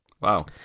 Wow